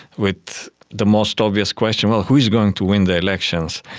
with the most obvious question well, who's going to win the elections?